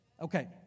Okay